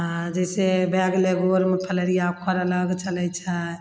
आओर जैसे भए गेलय गोरमे फलेरिया ओकर अलग चलय छै